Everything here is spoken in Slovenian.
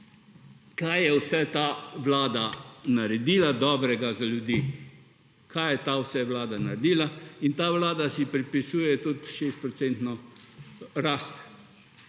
kaj je vse ta Vlada naredila dobrega za ljudi. Kaj je ta vse Vlada naredila in ta Vlada si pripisuje tudi 6 % rast